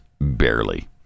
barely